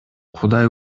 кудай